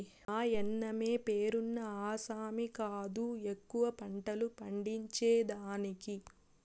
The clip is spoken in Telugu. మాయన్నమే పేరున్న ఆసామి కాదు ఎక్కువ పంటలు పండించేదానికి